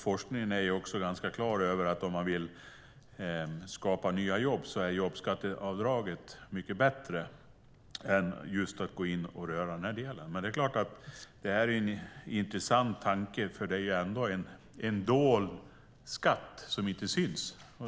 Forskningen visar också att om man vill skapa nya jobb så är jobbskatteavdraget mycket bättre än att gå in och röra löneavgiften. Det här är intressant, för det är ju ändå en dold skatt som inte syns.